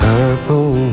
Purple